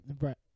Right